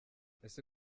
ese